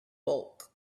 bulk